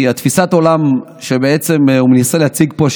כי תפיסת העולם שבעצם הוא ניסה להציג פה,